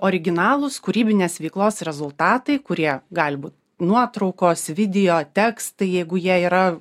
originalūs kūrybinės veiklos rezultatai kurie gali būt nuotraukos video tekstai jeigu jie yra